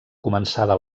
començada